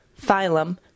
phylum